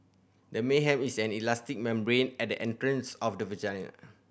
the men have is an elastic membrane at the entrance of the vagina